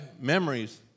memories